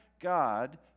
God